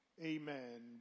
amen